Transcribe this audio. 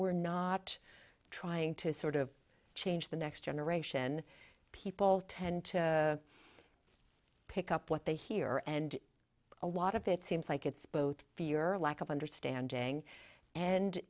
we're not trying to sort of change the next generation people tend to pick up what they hear and a lot of it seems like it's both fear a lack of understanding and